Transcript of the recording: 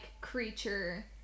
creature